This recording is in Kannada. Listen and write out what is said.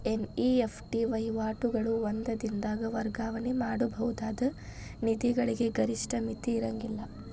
ಎನ್.ಇ.ಎಫ್.ಟಿ ವಹಿವಾಟುಗಳು ಒಂದ ದಿನದಾಗ್ ವರ್ಗಾವಣೆ ಮಾಡಬಹುದಾದ ನಿಧಿಗಳಿಗೆ ಗರಿಷ್ಠ ಮಿತಿ ಇರ್ಂಗಿಲ್ಲಾ